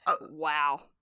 Wow